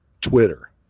Twitter